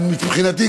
מבחינתי,